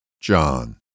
John